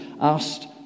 asked